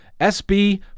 SB